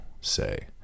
say